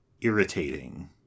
irritating